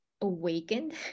awakened